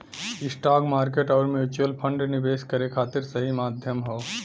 stock market आउर mutual fund निवेश करे खातिर सही माध्यम हौ